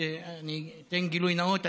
אני אתן גילוי נאות,